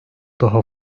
daha